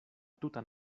tutan